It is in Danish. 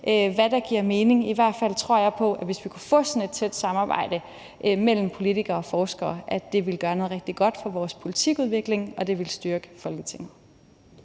hvad der giver mening. I hvert fald tror jeg på, at hvis vi kunne få sådan et tæt samarbejde mellem politikere og forskere, ville det gøre noget rigtig godt for vores politikudvikling, og det ville styrke Folketinget